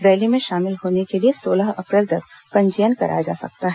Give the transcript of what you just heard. rally में शामिल होने के लिए सोलह अप्रैल तक पंजीयन कराया जा सकता है